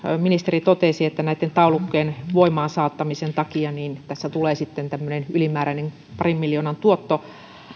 ministeri totesi että näitten taulukkojen voimaansaattamisen takia tässä tulee sitten tämmöinen ylimääräinen parin miljoonan tuotto